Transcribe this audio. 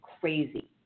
crazy